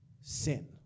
sin